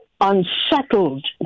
unsettled